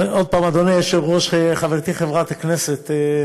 עוד פעם, אדוני היושב-ראש, חברתי חברת הכנסת,